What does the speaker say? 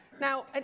Now